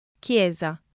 Chiesa